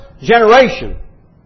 generation